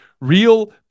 real